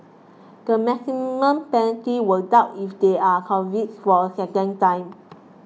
the maximum penalty will double if they are convicted for a second time